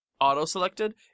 auto-selected